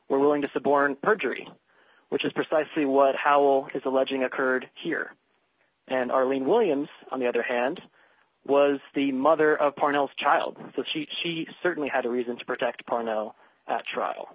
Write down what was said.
were willing to suborn perjury which is precisely what howell is alleging occurred here and arlene williams on the other hand was the mother of parnell child that she certainly had a reason to protect parno at trial